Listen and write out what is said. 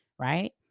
right